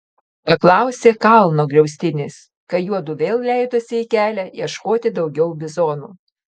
paklausė kalno griaustinis kai juodu vėl leidosi į kelią ieškoti daugiau bizonų